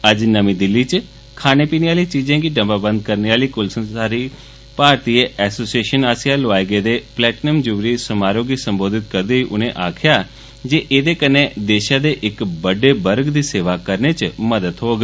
अज्ज नमीं दिल्ली च खाने पीने आह्ली चीजें गी डब्बाबंद करने आह्ली कुल भारतीय एसोसिएषन आस्सेआ लोआए गेदे प्लैटनियम जुबली समारोह गी सम्बोधित करदे होई उनें आक्खेआ जे एहदे कन्ने देषै दे इक बड्डे वर्ग दी सेवा करने च मदद थ्होग